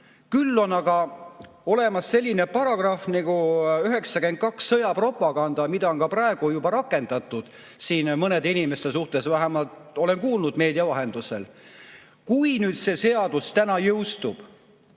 Samas on olemas selline paragrahv nagu § 92 "Sõjapropaganda", mida on ka praegu juba rakendatud mõnede inimeste suhtes, vähemalt olen sellest kuulnud meedia vahendusel. Kui nüüd see seadus jõustub,